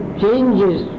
changes